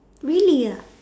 really ah